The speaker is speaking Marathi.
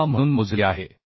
26 म्हणून मोजली आहे